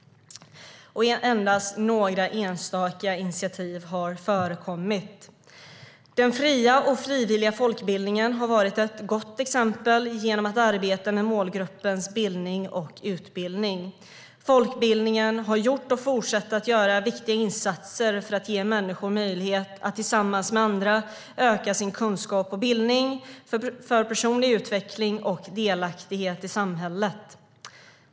Endast några enstaka initiativ har förekommit. Den fria och frivilliga folkbildningen har varit ett gott exempel genom att arbeta med målgruppens bildning och utbildning. Folkbildningen har gjort och fortsätter att göra viktiga insatser för att ge människor möjlighet att tillsammans med andra öka sin kunskap och bildning, för personlig utveckling och delaktighet i samhället.